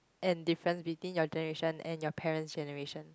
and difference between your generation and your parents generation